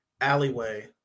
alleyway